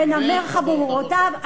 ונמר חברבורותיו.